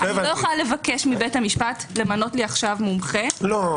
אני לא יכולה לבקש מבית המשפט למנות לי עכשיו מומחה -- לא,